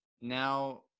now